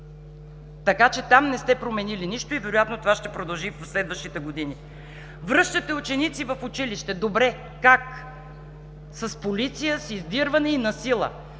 Така че там не сте променили нищо и вероятно това ще продължи и през следващите години. Връщате ученици в училище. Добре. Как? С полиция, с издирване и насила.